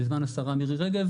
בתקופת השרה מירי רגב,